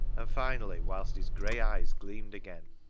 and finally, whilst his grey eyes gleamed again,